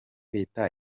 leta